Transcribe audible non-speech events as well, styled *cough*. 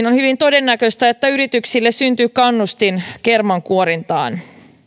*unintelligible* on hyvin todennäköistä että yrityksille syntyy kannustin kermankuorintaan